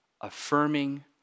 affirming